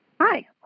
Hi